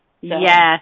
yes